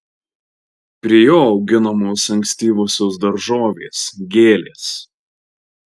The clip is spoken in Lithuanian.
prie jo auginamos ankstyvosios daržovės gėlės